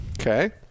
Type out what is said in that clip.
Okay